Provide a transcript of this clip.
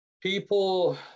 People